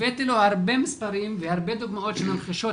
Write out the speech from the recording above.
הבאתי לו הרבה מספרים והרבה דוגמאות שממחישות